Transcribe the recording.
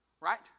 right